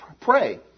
pray